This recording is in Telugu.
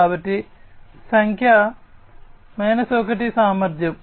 కాబట్టి సంఖ్య 1 సామర్థ్యం